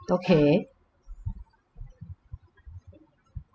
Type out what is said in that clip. okay